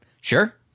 Sure